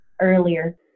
earlier